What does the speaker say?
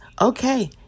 Okay